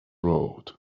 road